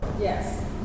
Yes